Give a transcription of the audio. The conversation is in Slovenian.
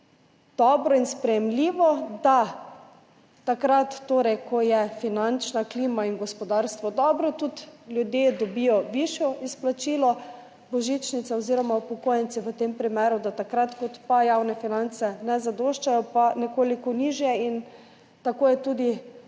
dobro in sprejemljivo, da takrat, torej ko sta finančna klima in gospodarstvo dobro, tudi ljudje dobijo višjo izplačilo božičnice oziroma upokojenci v tem primeru, takrat, ko pa javne finance ne zadoščajo, pa nekoliko nižje. In tako je tudi